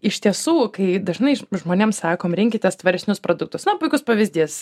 iš tiesų kai dažnai žmonėms sakom rinkitės tvaresnius produktus man puikus pavyzdys